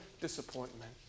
disappointment